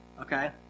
Okay